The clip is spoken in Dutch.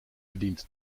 verdient